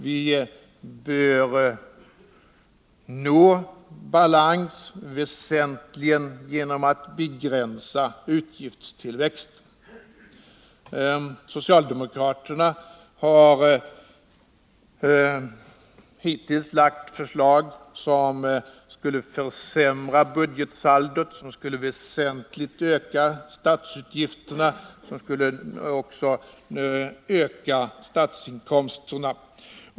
Vi bör nå balans väsentligen genom att begränsa utgiftstillväxten. Socialdemokraterna har hittills lagt fram förslag som sammantagna skulle försämra budgetsaldot — de skulle väsentligt öka statsutgifterna, och de skulle också öka statsinkomsterna.